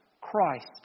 Christ